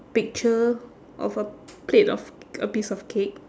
picture of a plate of c~ a piece of cake